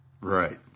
Right